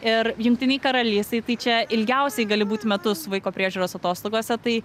ir jungtinėj karalystėj tai čia ilgiausiai gali būt metus vaiko priežiūros atostogose tai